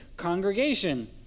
congregation